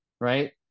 right